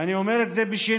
ואני אומר את זה שנית: